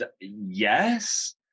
Yes